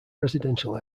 residential